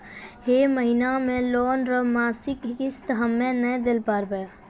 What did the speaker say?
है महिना मे लोन रो मासिक किस्त हम्मे नै दैल पारबौं